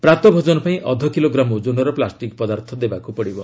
ପ୍ରାତଃ ଭୋଜନ ପାଇଁ ଅଧକିଲୋଗ୍ରାମ୍ ଓଜନର ପ୍ଲାଷ୍ଟିକ୍ ପଦାର୍ଥ ଦେବାକୁ ପଡ଼ିବ